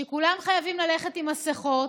כי כולם חייבים ללכת עם מסכות,